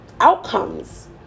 outcomes